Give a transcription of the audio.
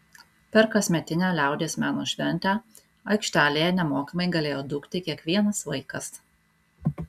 per kasmetinę liaudies meno šventę aikštelėje nemokamai galėjo dūkti kiekvienas vaikas